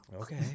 Okay